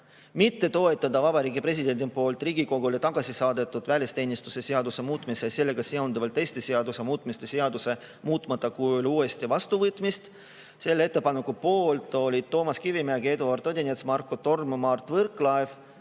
mitte toetada Vabariigi Presidendi poolt Riigikogule tagasi saadetud välisteenistuse seaduse muutmise ja sellega seonduvalt teiste seaduste muutmise seaduse muutmata kujul uuesti vastuvõtmist. Selle ettepaneku poolt olid Toomas Kivimägi, Eduard Odinets, Marko Torm, Mart Võrklaev,